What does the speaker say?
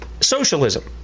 socialism